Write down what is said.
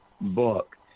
book